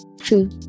True